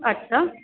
আচ্ছা